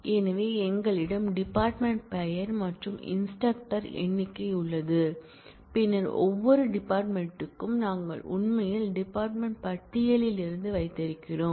எனவே எங்களிடம் டிபார்ட்மென்ட் பெயர் மற்றும் இன்ஸ்டிரக்டரின் எண்ணிக்கை உள்ளது பின்னர் ஒவ்வொரு டிபார்ட்மென்ட் க்கும் நாங்கள் உண்மையில் டிபார்ட்மென்ட் பட்டியலிலிருந்து வைத்திருக்கிறோம்